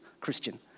Christian